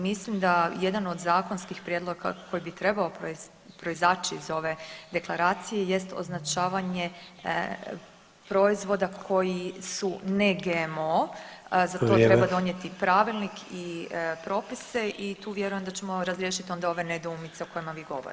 Mislim da jedan od zakonskih prijedloga koji bi trebao proizaći iz ove deklaracije jest označavanje proizvoda koji su ne GMO, za to treba donijeti pravilnik i propise i tu vjerujem da ćemo razriješit onda ove nedoumice o kojima vi govorite.